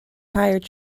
hired